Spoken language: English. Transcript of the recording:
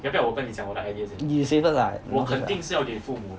you say first ah